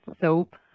soap